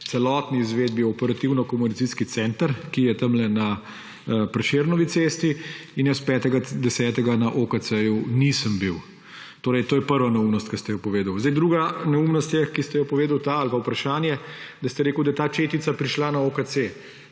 celotni izvedbi Operativno-komunikacijski center, je tamle na Prešernovi cesti in jaz 5. 10. na OKC nisem bil. To je prva neumnost, ki ste jo povedali. Druga neumnost, ki ste jo povedali, ali pa vprašanje, je, da ste rekli, da je ta četica prišla na OKC.